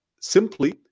simply